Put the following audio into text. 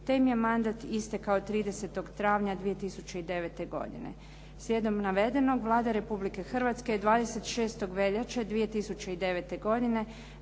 te im je mandat istekao 30. travnja 2009. godine. Slijedom navedenog Vlada Republike Hrvatske je 26. veljače 2009. godine